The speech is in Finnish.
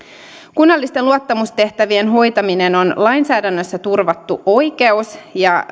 kunnallisten luottamustehtävien hoitaminen on lainsäädännössä turvattu oikeus ja